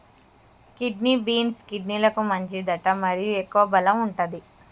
kidney beans, కిడ్నీలకు మంచిదట మరియు ఎక్కువ బలం వుంటది